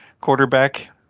quarterback